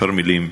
בכמה מילים,